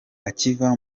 akiva